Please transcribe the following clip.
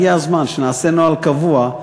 הגיע הזמן שנעשה נוהל קבוע,